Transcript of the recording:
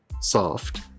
soft